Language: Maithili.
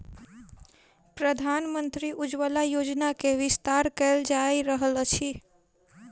प्रधानमंत्री उज्ज्वला योजना के विस्तार कयल जा रहल अछि